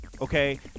okay